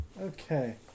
Okay